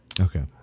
Okay